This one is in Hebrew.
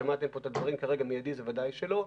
ושמעתם פה את הדברים, כרגע מיידי זה ודאי שלא,